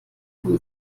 vom